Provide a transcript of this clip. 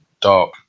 dark